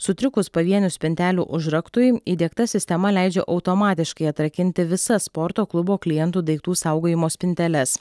sutrikus pavienių spintelių užraktui įdiegta sistema leidžia automatiškai atrakinti visas sporto klubo klientų daiktų saugojimo spinteles